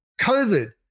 COVID